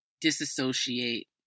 Disassociate